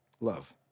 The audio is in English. Love